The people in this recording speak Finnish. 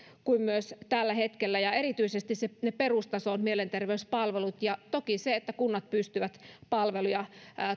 kuin myös tällä hetkellä ja erityisesti perustason mielenterveyspalvelut ja toki se että kunnat pystyvät palveluja